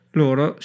loro